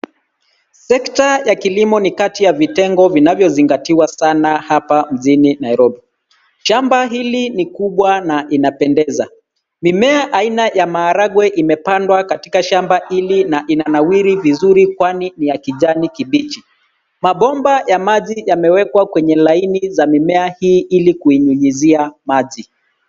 Sekta ya kilimo ni kati ya vitengo vinavyozingatiwa sana hapa mjini Nairobi. Shamba hili ni kubwa na inapendeza .Mimea aina ya maharagwe imepandwa katika shamba hili na inanawiri vizuri kwani ni ya kijani kibichi. Mabomba ya maji yamewekwa kwenye laini za mimea hii ili kuinyunyizia maji.